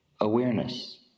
awareness